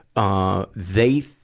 ah, they,